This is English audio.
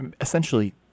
essentially